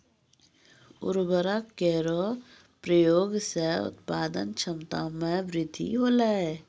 उर्वरक केरो प्रयोग सें उत्पादन क्षमता मे वृद्धि होलय